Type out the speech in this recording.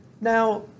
Now